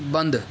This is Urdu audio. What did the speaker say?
بند